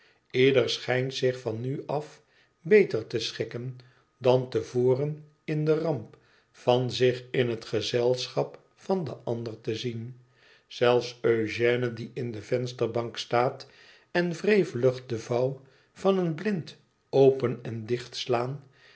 ieder schijnt zich van nu af beter te schikken dan te voren in de ramp van zich in hét gezelschap van den ander te zien zelfs eugène die in de vensterbank staat en wrevelig de vouw van een blind open en dichtslaat